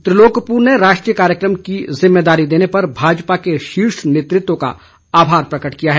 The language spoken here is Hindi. त्रिलोक कपूर ने राष्ट्रीय कार्यक्रम की जिम्मेदारी देने पर भाजपा के शीर्ष नेतृत्व का आभार प्रकट किया है